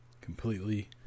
Completely